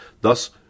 Thus